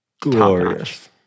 glorious